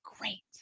great